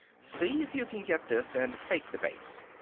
see if you can get this, and fake the bass.